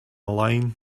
line